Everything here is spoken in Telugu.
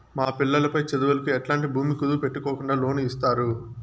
మా పిల్లలు పై చదువులకు ఎట్లాంటి భూమి కుదువు పెట్టుకోకుండా లోను ఇస్తారా